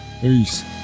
peace